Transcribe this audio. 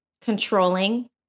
controlling